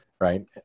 right